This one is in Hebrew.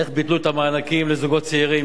איך ביטלו את המענקים לזוגות צעירים,